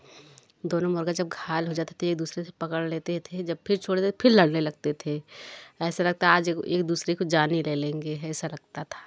दोनों मुर्गा जब घायल हो जाते थे एक दूसरे को पकड़ लेते थे जब फिर छोड़ दे फिर लड़ने लगते थे ऐसे लगता आज एक दूसरे को जान ही ले लेंगे ऐसा लगता था